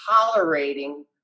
tolerating